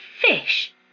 fish